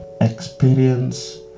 experience